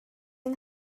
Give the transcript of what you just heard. yng